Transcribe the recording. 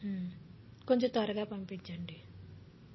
కొంచం త్వరగా పంపించండి